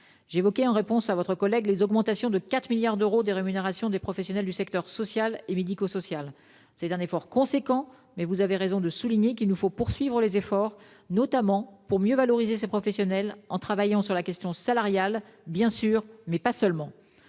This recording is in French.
J'évoquais, en réponse à votre collègue Stéphane Sautarel, les augmentations à hauteur de 4 milliards d'euros des rémunérations des professionnels du secteur social et médico-social. C'est un effort important, mais vous avez raison de souligner qu'il nous faut poursuivre les efforts, notamment pour mieux valoriser ces professionnels, en travaillant sur la question salariale, bien sûr, mais pas seulement.